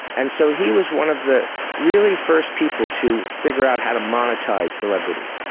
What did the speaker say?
and so he was one of the really first people to figure out how to monetise celebrity.